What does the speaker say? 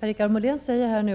Herr talman! Ivar Virgin säger nu,